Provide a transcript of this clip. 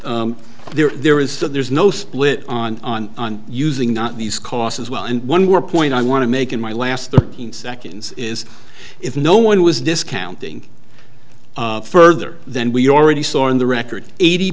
and there is that there's no split on on on using not these costs as well and one more point i want to make in my last thirteen seconds is if no one was discounting further then we already saw in the record eighty